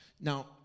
Now